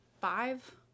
five